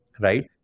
right